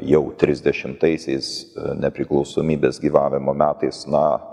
jau trisdešimtaisiais nepriklausomybės gyvavimo metais na